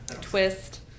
Twist